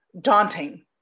daunting